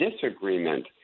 disagreement